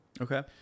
Okay